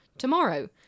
Tomorrow